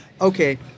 okay